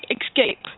escape